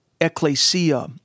Ecclesia